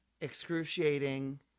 excruciating